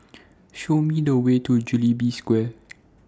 Show Me The Way to Jubilee Square